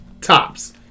tops